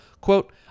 Quote